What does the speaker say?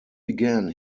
began